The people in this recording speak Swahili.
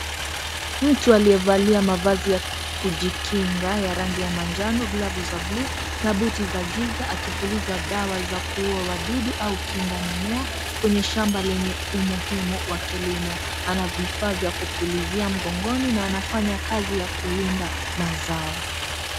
Mtu aliyevalia mavazi ya kujikinga ya rangi ya manjano glavu za blue na buti za giza akipuliza dawa za kuua wadudu au kinga ya mimea kwenye shamba lenye umuhimu wa kilimo, anavyo vifaa vya kupulizia mgongoni na anafanya kazi ya kulinda mazao.